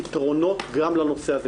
פתרונות גם לנושא הזה.